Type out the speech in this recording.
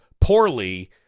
poorly